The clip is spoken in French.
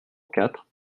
quatre